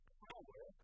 power